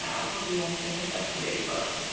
i probably won't finish that today but